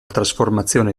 trasformazione